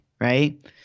right